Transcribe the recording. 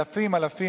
אלפים,